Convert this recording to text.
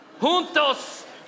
Juntos